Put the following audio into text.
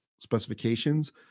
specifications